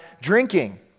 drinking